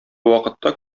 вакытта